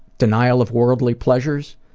denial of worldly pleasures,